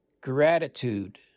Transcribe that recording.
Gratitude